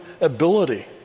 ability